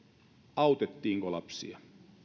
autettiinko lapsia